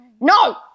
No